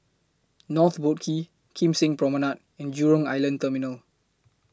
North Boat Quay Kim Seng Promenade and Jurong Island Terminal